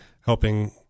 helping